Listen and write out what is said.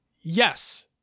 yes